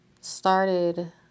started